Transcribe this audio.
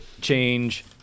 change